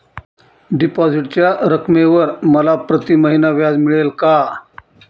डिपॉझिटच्या रकमेवर मला प्रतिमहिना व्याज मिळेल का?